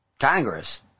Congress